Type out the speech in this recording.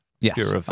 Yes